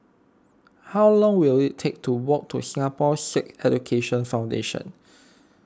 how long will it take to walk to Singapore Sikh Education Foundation